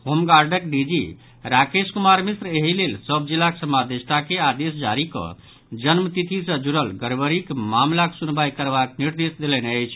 होमगार्डक DG Rakesh Kumar Mishra एहि लेल सभ जिलाक समादेष्टा के आदेश जारी कऽ जन्मतिथि सॅ जुड़ल गड़बड़िक मामिलाक सुनवाई करबाक निर्देश देलनि अछि